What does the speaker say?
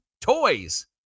toys